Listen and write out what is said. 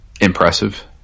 impressive